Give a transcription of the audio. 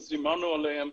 אז דיברנו עליהם,